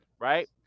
right